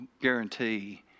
guarantee